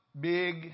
big